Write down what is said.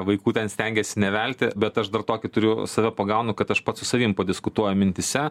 vaikų ten stengiesi nevelti bet aš dar tokį turiu save pagaunu kad aš pats su savim padiskutuoju mintyse